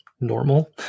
normal